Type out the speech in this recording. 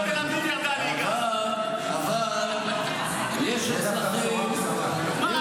אבל אני אגיד לכם, יש, יש,